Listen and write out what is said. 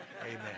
Amen